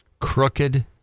crooked